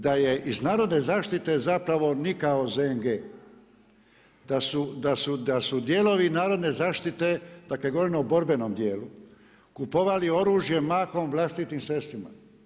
Da je iz Narodne zaštite zapravo nikao ZNG, da su dijelovi Narodne zaštite, dakle govorim o borbenom dijelu kupovali oružje mahom vlastitim sredstvima.